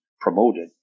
promoted